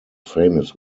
famous